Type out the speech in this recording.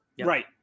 Right